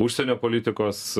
užsienio politikos